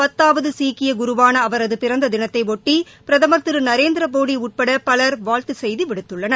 பத்தாவது சீக்கிய குருவாள அவரது பிறந்த தினத்தையொட்டி பிரதமர் திரு நந்திரமோடி உட்பட பலர் வாழ்த்துச் செய்தி விடுத்துள்ளனர்